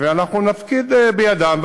ואנחנו נפקיד בידן,